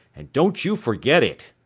and don't you forget it!